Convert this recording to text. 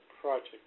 project